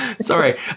Sorry